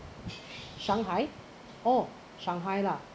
shanghai oh shanghai lah